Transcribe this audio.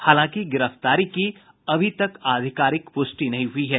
हालांकि गिरफ्तारी की अभी तक आधिकारिक प्रष्टि नहीं हो सकी है